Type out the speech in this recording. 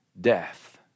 death